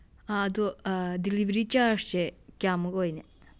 ꯑꯗꯨ ꯗꯤꯂꯤꯚꯔꯤ ꯆꯥꯔꯖꯁꯦ ꯀꯌꯥꯃꯨꯛ ꯑꯣꯏꯅꯤ